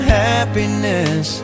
happiness